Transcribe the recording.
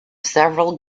several